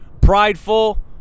prideful